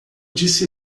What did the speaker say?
disse